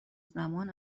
زمان